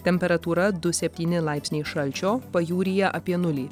temperatūra du septyni laipsniai šalčio pajūryje apie nulį